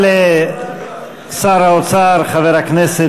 אלא שהציבור יודע את האמת.